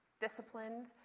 disciplined